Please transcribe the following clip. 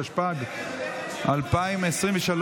התשפ"ג 2023,